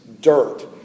dirt